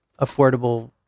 affordable